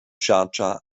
schardscha